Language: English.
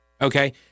okay